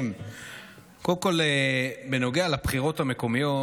קודם כול בנוגע לבחירות המקומיות,